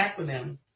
acronym